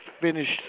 finished